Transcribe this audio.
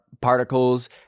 particles